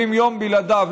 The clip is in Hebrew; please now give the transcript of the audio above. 70 יום בלעדיו,